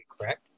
correct